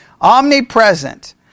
omnipresent